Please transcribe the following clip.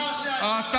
לחבר הכנסת לסיים.